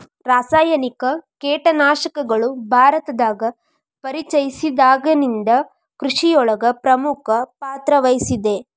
ರಾಸಾಯನಿಕ ಕೇಟನಾಶಕಗಳು ಭಾರತದಾಗ ಪರಿಚಯಸಿದಾಗನಿಂದ್ ಕೃಷಿಯೊಳಗ್ ಪ್ರಮುಖ ಪಾತ್ರವಹಿಸಿದೆ